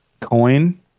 Coin